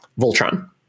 voltron